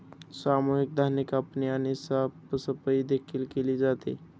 सामूहिक धान्य कापणी आणि साफसफाई देखील केली जाते